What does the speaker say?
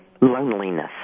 loneliness